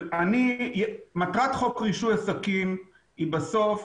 מטרת חוק רישוי עסקים היא בסוף